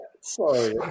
Sorry